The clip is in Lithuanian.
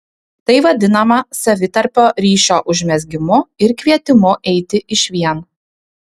tai vadinama savitarpio ryšio užmezgimu ir kvietimu eiti išvien